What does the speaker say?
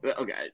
Okay